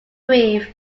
brief